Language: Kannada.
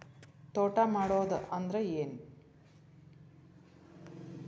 ತೋಟ ಮಾಡುದು ಅಂದ್ರ ಏನ್?